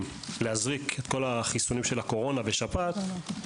להזריק את כל החיסונים של הקורונה ושפעת,